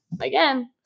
again